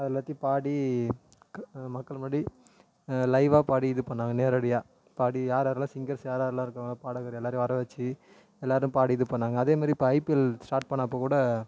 அது எல்லாத்தையும் பாடி க மக்கள் முன்னாடி லைவாக பாடி இதுப்பண்ணிணாங்க நேரடியாக பாடி யார்யாரெல்லாம் சிங்கர்ஸ் யார்யாரெல்லாம் இருக்காங்களோ பாடகர் எல்லாரையும் வர வெச்சு எல்லாரும் பாடி இதுப்பண்ணிணாங்க அதே மாதிரி இப்போது ஐபிஎல் ஸ்டாட் பண்ணிணப்ப கூட